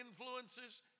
influences